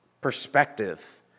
perspective